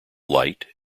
light